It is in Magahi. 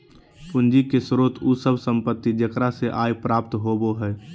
पूंजी के स्रोत उ सब संपत्ति जेकरा से आय प्राप्त होबो हइ